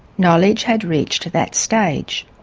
knowledge had reached that stage.